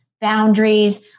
boundaries